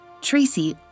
Tracy